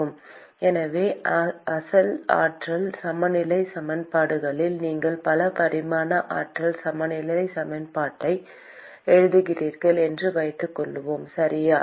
மாணவர் எனவே அசல் ஆற்றல் சமநிலை சமன்பாடுகளில் நீங்கள் பல பரிமாண ஆற்றல் சமநிலை சமன்பாட்டை எழுதுகிறீர்கள் என்று வைத்துக்கொள்வோம் சரியா